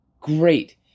Great